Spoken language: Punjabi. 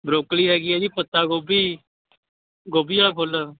ਬਰੋਕਲੀ ਹੈਗੀ ਆ ਜੀ ਪੱਤਾ ਗੋਭੀ ਗੋਭੀ ਵਾਲਾ ਫੁੱਲ